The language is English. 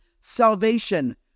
salvation